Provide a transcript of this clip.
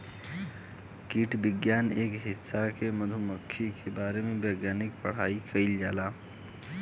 कीट विज्ञान के ए हिस्सा में मधुमक्खी के बारे वैज्ञानिक पढ़ाई कईल जाला